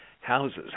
houses